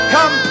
Come